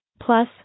Plus